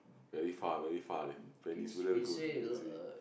very far very far leh peninsula go to Queensway